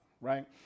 right